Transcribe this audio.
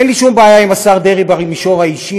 אין לי שום בעיה עם השר דרעי במישור האישי,